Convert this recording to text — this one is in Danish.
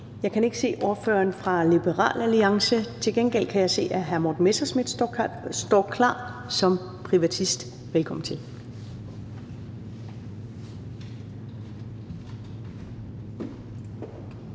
Jeg kan ikke se ordføreren fra Liberal Alliance. Til gengæld kan jeg se, at hr. Morten Messerschmidt står klar som privatist. Velkommen til.